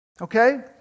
Okay